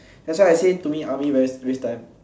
that's why actually to me army very waste time